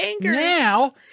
Now